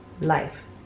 life